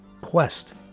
Quest